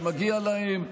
שמגיע להם,